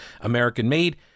American-made